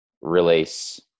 release